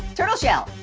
turtle shell.